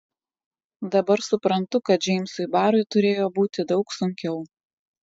dabar suprantu kad džeimsui barui turėjo būti daug sunkiau